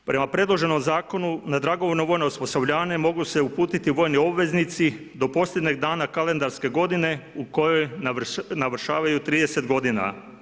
Prema predloženom zakonu na dragovoljno vojno osposobljavanje mogu se uputiti vojni obveznici do posljednjeg dana kalendarske godine u kojoj navršavaju 30 godina.